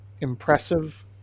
impressive